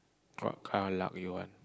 what kind of luck you want